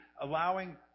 allowing